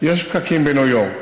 שיש פקקים בניו יורק.